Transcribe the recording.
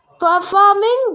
performing